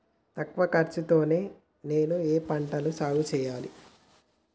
తక్కువ ఖర్చు తో నేను ఏ ఏ పంటలు సాగుచేయాలి?